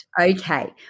Okay